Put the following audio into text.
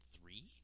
three